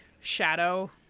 Shadow